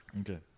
Okay